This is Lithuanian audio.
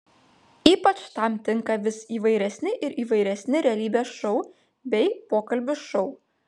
ypač tam tinka vis įvairesni ir įvairesni realybės šou bei pokalbių šou